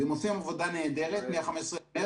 והם עושים עבודה נהדרת מ-15 במרץ.